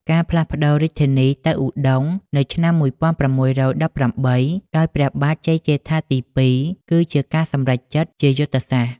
ការផ្លាស់ប្តូររាជធានីទៅឧដុង្គនៅឆ្នាំ ១៦១៨ ដោយ ព្រះបាទជ័យជេដ្ឋាទី ២ គឺជាការសម្រេចចិត្តជាយុទ្ធសាស្ត្រ។